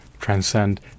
transcend